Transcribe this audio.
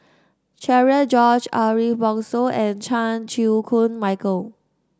Cherian George Ariff Bongso and Chan Chew Koon Michael